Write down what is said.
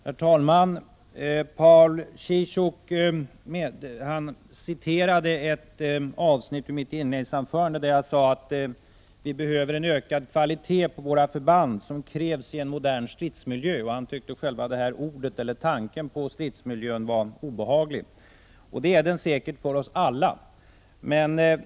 Herr talman! Paul Ciszuk citerade ett avsnitt ur mitt inledningsanförande, där jag sade att vi behöver en bättre kvalitet på våra förband, vilket krävs i en modern stridsmiljö. Han tycker att själva tanken på en stridsmiljö var obehaglig. Det är den säkert för oss alla.